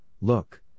Look